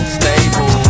stable